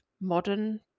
modern